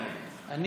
כן או לא?